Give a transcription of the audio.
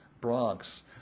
Bronx